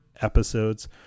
episodes